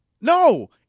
No